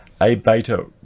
A-beta